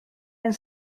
ein